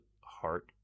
heart